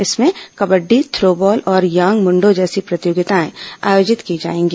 इसमें kabaddi throw ball और यांग मुण्डो जैसी प्रतियोगिताएं आयोजित की जाएंगी